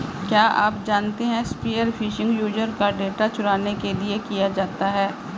क्या आप जानते है स्पीयर फिशिंग यूजर का डेटा चुराने के लिए किया जाता है?